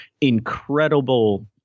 incredible